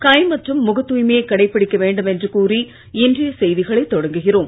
கை மற்றும் முகத் தூய்மையை கடைபிடிக்க வேண்டும் என்று கூறி இன்றைய செய்திகளை தொடங்குகிறோம்